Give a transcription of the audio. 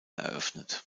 eröffnet